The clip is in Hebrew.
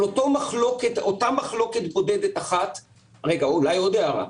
אולי עוד הערה.